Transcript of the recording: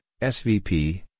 SVP